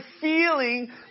feeling